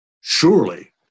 Surely